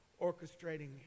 orchestrating